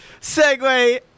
segue